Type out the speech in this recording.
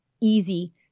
easy